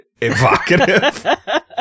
evocative